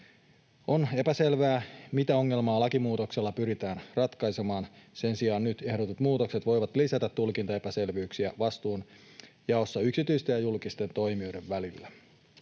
On epäselvää, mitä ongelmaa lakimuutoksella pyritään ratkaisemaan. Sen sijaan nyt ehdotetut muutokset voivat lisätä tulkintaepäselvyyksiä vastuunjaossa yksityisten ja julkisten toimijoiden välillä.